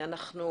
אנחנו